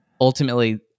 ultimately